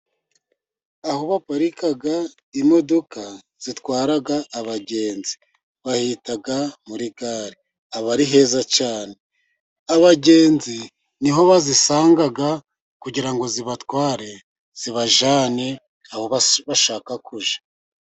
Aho baparika imodoka zatwara abagenzi, bahita muri gare. Aba ari heza cyane. Abagenzi ni ho bazisanga kugira ngo zibatware zibajyane aho bashaka kujya.